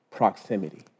Proximity